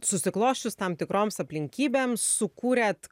susiklosčius tam tikroms aplinkybėms sukūrėt